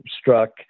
struck